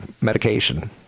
medication